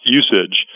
usage